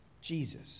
Jesus